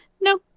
no